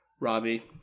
Robbie